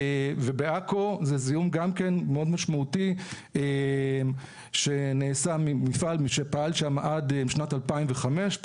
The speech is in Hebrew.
בעכו זה זיהום גם כן מאוד משמעותי שנעשה ממפעל שפעל שם עד שנת 2005,